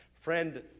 Friend